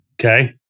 Okay